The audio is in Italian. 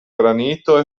granito